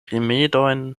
rimedojn